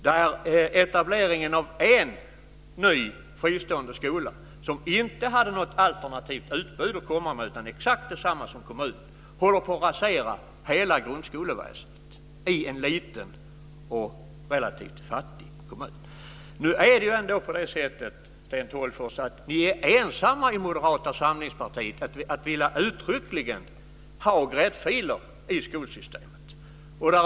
Det gäller där etableringen av en ny fristående skola, som inte hade något alternativt utbud att komma med, utan som har exakt detsamma som kommunen. Det håller på att rasera hela grundskoleväsendet i en liten och relativt fattig kommun. Nu är ni i Moderata samlingspartiet ändå ensamma om att uttryckligen vilja ha gräddfiler i skolsystemet.